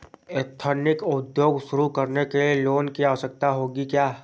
Ethnic उद्योग शुरू करने लिए लोन की आवश्यकता होगी क्या?